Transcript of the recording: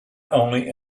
only